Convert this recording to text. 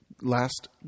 last